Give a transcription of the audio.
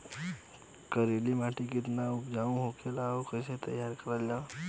करेली माटी कितना उपजाऊ होला और कैसे तैयार करल जाला?